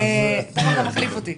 תיכף אתה מחליף אותי.